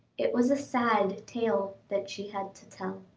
it was a sad tale that she had to tell.